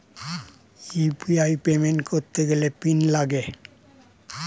UPI payment করতে গেলে PIN লাগে